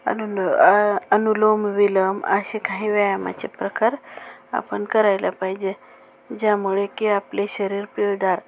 अनुल अनुलोम विलोम असे काही व्यायामाचे प्रकार आपण करायला पाहिजे ज्यामुळे की आपले शरीर पिळदार